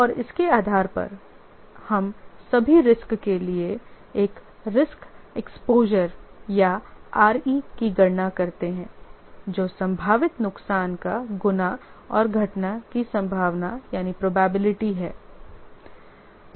और इसके आधार पर हम सभी रिस्क के लिए एक रिस्क एक्सपोजर या RE की गणना करते हैं जो संभावित नुकसान का गुणा और घटना की संभावना है